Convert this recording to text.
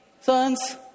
Sons